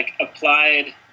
applied